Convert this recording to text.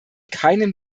keinem